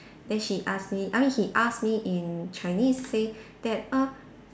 then she ask me I mean he ask me in Chinese say that err